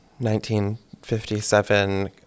1957